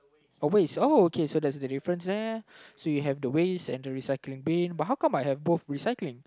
but wait it's oh okay so there's a difference there so you have the waste and the recycling bin but how come I have both recycling